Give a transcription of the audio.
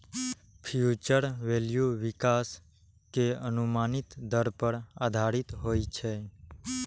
future value विकास के अनुमानित दर पर आधारित होइ छै